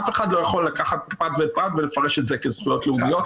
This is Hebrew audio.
אף אחד לא יכול לקחת פרט לפרט ולפרש את זה כזכויות לאומיות,